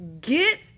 Get